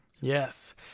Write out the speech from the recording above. Yes